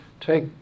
take